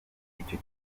icyo